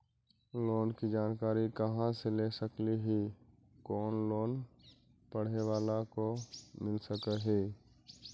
Loan की जानकारी कहा से ले सकली ही, कोन लोन पढ़े बाला को मिल सके ही?